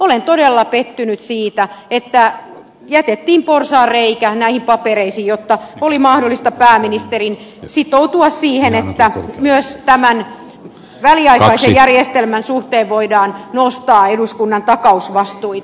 olen todella pettynyt siitä että jätettiin porsaanreikä näihin papereihin jotta oli mahdollista pääministerin sitoutua siihen että myös tämän väliaikaisen järjestelmän suhteen voidaan nostaa eduskunnan takausvastuita